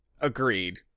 Agreed